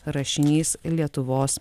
rašinys lietuvos